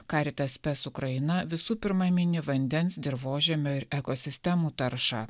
caritas spes ukraina visų pirma mini vandens dirvožemio ir ekosistemų taršą